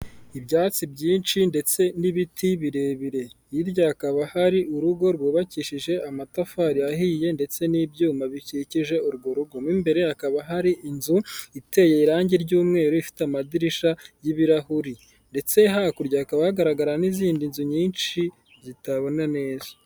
Ibyatsi byinshi ndetse n'ibiti birebire hirya hakaba hari urugo rwubakishije amatafari ahiye ndetse n'ibyuma bikikije urwo rugo, mo imbere hakaba hari inzu iteye irangi ry'umweru, ifite amadirisha y'ibirahuri ndetse hakurya hakaba hagaragara n'izindi nzu nyinshi zitabona neza.